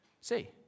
See